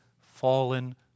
fallen